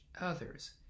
others